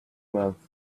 months